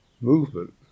movement